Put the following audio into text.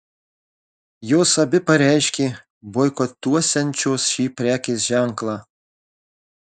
jos abi pareiškė boikotuosiančios šį prekės ženklą